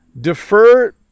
defer